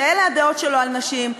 שאלה הדעות שלו על נשים,